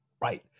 right